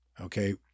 okay